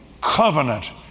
covenant